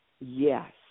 yes